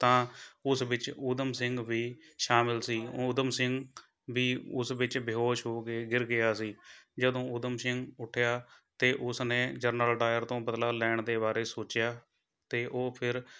ਤਾਂ ਉਸ ਵਿੱਚ ਊਧਮ ਸਿੰਘ ਵੀ ਸ਼ਾਮਲ ਸੀ ਊਧਮ ਸਿੰਘ ਵੀ ਉਸ ਵਿੱਚ ਬੇਹੋਸ਼ ਹੋ ਕੇ ਗਿਰ ਗਿਆ ਸੀ ਜਦੋਂ ਊਧਮ ਸ਼ਿੰਘ ਉੱਠਿਆ ਤਾਂ ਉਸ ਨੇ ਜਨਰਲ ਡਾਇਰ ਤੋਂ ਬਦਲਾ ਲੈਣ ਦੇ ਬਾਰੇ ਸੋਚਿਆ ਅਤੇ ਉਹ ਫਿਰ